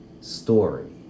story